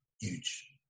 Huge